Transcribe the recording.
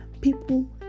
People